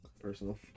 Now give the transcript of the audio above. personal